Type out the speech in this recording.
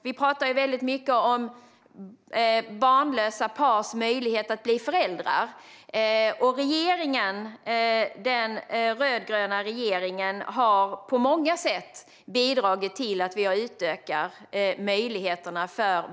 Vi har talat mycket om barnlösa pars möjligheter att bli föräldrar, och den rödgröna regeringen har på många sätt utökat dessa möjligheter.